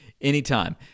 anytime